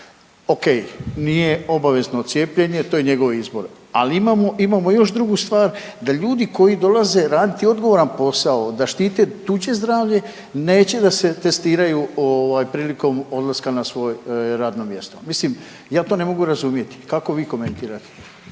ok, nije obavezno cijepljenje, ali imamo još drugu stvar, da ljudi koji dolaze raditi odgovoran posao, da štite tuđe zdravlje neće da se testiraju prilikom odlaska na svoje radno mjesto. Mislim ja to ne mogu razumjeti. Kako vi komentirate?